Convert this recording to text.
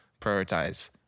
prioritize